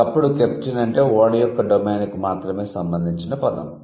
ఒకప్పుడు కెప్టెన్ అంటే ఓడ యొక్క డొమైన్కు మాత్రమే సంబంధించిన పదం